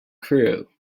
crew